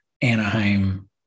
Anaheim